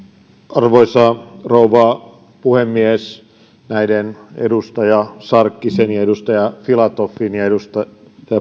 arvoisa rouva puhemies edustaja sarkkisen edustaja filatovin ja edustaja